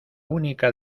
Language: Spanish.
única